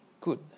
good